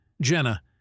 Jenna